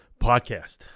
Podcast